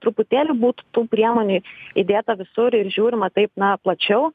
truputėlį būtų tų priemonių įdėta visur ir žiūrima taip na plačiau